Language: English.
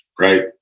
right